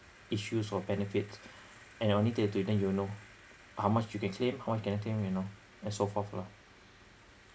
issues or benefits and only to you then you know how much you can claim how much cannot claim you know and so forth lah